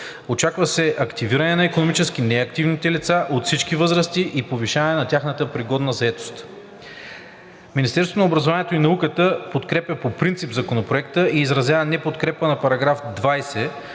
Очаква се активиране на икономически неактивните лица от всички възрасти и повишаване на тяхната пригодност за заетост. Министерството на образованието и науката подкрепя по принцип Законопроекта и изразява неподкрепа на § 20